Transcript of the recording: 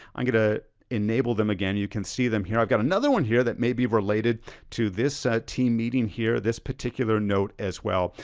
i'm gonna ah enable them again, you can see them here, i've got another one here that may be related to this team meeting here, this particular note as well.